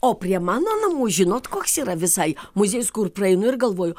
o prie mano namų žinot koks yra visai muziejus kur praeinu ir galvoju